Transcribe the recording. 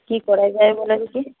কী করা যায় বলো দেখি